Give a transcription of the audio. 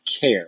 care